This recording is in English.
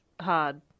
hard